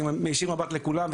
אני מישיר מבט לכולם,